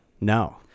No